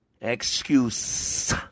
Excuse